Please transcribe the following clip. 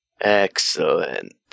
Excellent